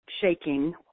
shaking